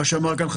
כן.